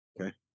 Okay